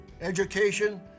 education